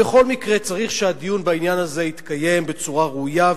בכל מקרה צריך שהדיון בעניין הזה יתקיים בצורה ראויה,